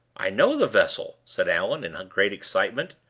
i know the vessel, said allan, in great excitement.